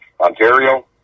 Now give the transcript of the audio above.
Ontario